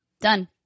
Done